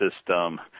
system